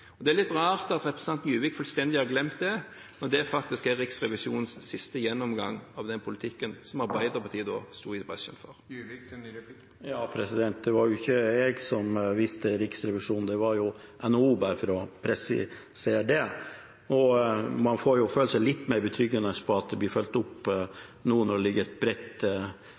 Det er litt rart at representanten Juvik fullstendig har glemt det, og det er faktisk Riksrevisjonens siste gjennomgang av den politikken som Arbeiderpartiet sto i bresjen for. Det var jo ikke jeg som siterte Riksrevisjonen. Det var NHO – bare for å presisere det. Man føler det litt mer betryggende at det blir fulgt opp nå når det ligger et